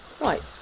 Right